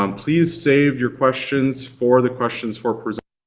um please save your questions for the questions for presenters